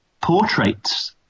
portraits